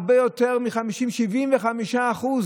הרבה יותר מ-50% 75%;